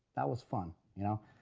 that was fun. you know?